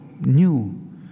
new